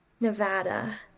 Nevada